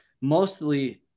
mostly